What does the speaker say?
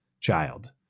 child